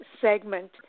segment